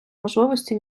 можливості